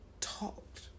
talked